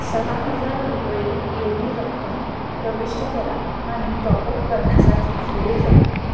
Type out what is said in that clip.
सहा हजार रुपये एवढी रक्कम प्रविष्ट करा आणि टॉपअप करण्यासाठी पुढे जा